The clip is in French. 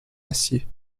acier